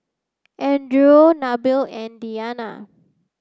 Nabil and Diyana